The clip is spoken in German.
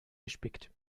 gespickt